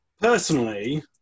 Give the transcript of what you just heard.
Personally